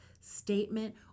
statement